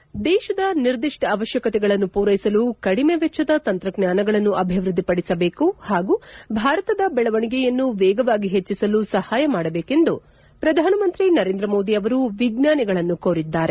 head ದೇಶದ ನಿರ್ದಿಷ್ಟ ಅವಶ್ಯಕತೆಗಳನ್ನು ಪೂರೈಸಲು ಕಡಿಮೆ ವೆಚ್ಚದ ತಂತ್ರಜ್ಞಾನಗಳನ್ನು ಅಭಿವೃದ್ಧಿಪಡಿಸಬೇಕು ಹಾಗೂ ಭಾರತದ ಬೆಳವಣಿಗೆಯನ್ನು ವೇಗವಾಗಿ ಹೆಚ್ಚಿಸಲು ಸಹಾಯ ಮಾಡಬೇಕೆಂದು ಪ್ರಧಾನಮಂತ್ರಿ ನರೇಂದ್ರ ಮೋದಿ ಅವರು ವಿಜ್ಞಾನಿಗಳನ್ನು ಕೋರಿದ್ದಾರೆ